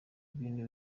ibintu